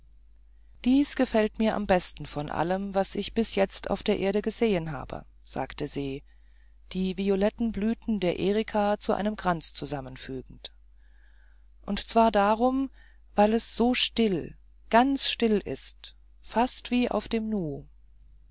dies gefällt mir am besten von allem was ich bis jetzt auf der erde gesehen habe sagte se die violetten blüten der erika zu einem kranz zusammenfügend und zwar darum weil es so still ganz still ist fast wie auf dem nu